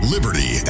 Liberty